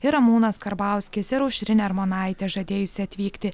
ir ramūnas karbauskis ir aušrinė armonaitė žadėjusi atvykti